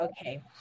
Okay